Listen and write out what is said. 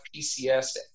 PCS